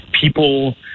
people